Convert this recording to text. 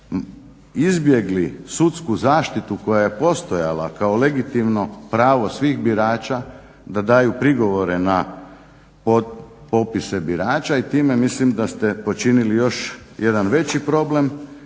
izbjegli sudsku zaštitu koja je postojala kao legitimno pravo svih birača da daju prigovore na popise birača. I time mislim da ste počinili još jedan veći problem,